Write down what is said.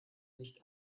nicht